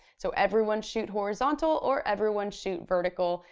so everyone shoot horizontal, or everyone shoot vertical,